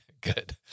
good